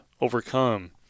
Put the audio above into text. overcome